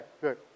good